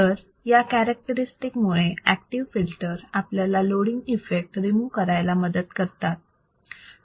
तर या कॅरेक्टरस्टिक मुळे ऍक्टिव्ह फिल्टर आपल्याला लोडींग इफेक्ट रिमू करायला मदत करतात